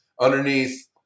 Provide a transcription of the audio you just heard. underneath